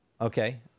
okay